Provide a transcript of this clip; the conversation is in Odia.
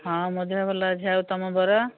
ହଁ ମୋ ଦେହ ଭଲ ଅଛି ଆଉ ତମ ବର